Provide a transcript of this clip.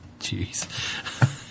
jeez